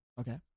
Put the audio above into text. Okay